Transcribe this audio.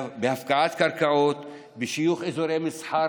בהפקעת קרקעות ובשיוך אזורי מסחר